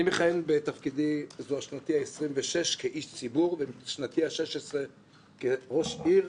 אני מכהן בתפקידי זו השנתי ה-26 כאיש ציבור ושנתי ה-16 כראש עיר,